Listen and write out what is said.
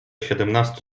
siedemnastu